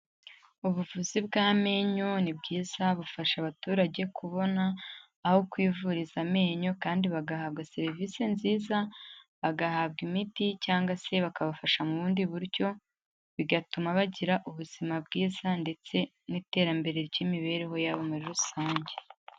Ubuvuzi bw'amenyo ni bwiza bufasha abaturage kubona aho kwivuriza amenyo, kandi bagahabwa serivisi nziza bagahabwa imiti cyangwa se bakabafasha mu bundi buryo, bigatuma bagira ubuzima bwiza ndetse n'iterambere ry'imibereho yabo muri rusange.